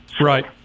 Right